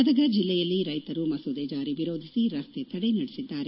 ಗದಗ ಜಿಲ್ಲೆಯಲ್ಲಿ ರೈತರು ಮಸೂದೆ ಜಾರಿ ವಿರೋಧಿಸಿ ರಸ್ತೆ ತಡೆ ನಡೆಸಿದ್ದಾರೆ